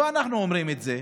לא אנחנו אומרים את זה,